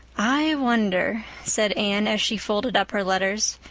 i wonder, said anne, as she folded up her letters,